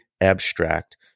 abstract